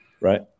Right